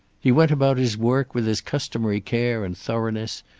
he went about his work with his customary care and thoroughness,